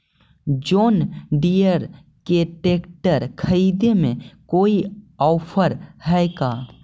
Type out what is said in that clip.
जोन Deere के ट्रेकटर खरिदे में कोई औफर है का?